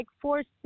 forced